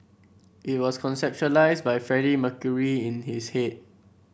it was conceptualised by Freddie Mercury in his head